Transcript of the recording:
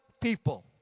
people